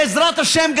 בעזרת השם,